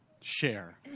share